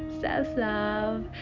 self-love